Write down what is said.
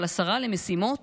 אבל השרה למשימות